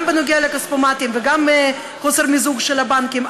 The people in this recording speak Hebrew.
גם בנוגע לכספומטים וגם אי-מיזוג של הבנקים,